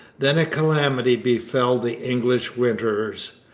then a calamity befell the english winterers.